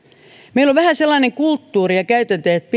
meillä on vähän sellainen kulttuuri ja käytäntö että